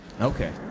Okay